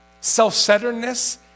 self-centeredness